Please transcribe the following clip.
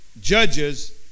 Judges